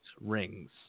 rings